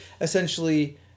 Essentially